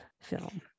film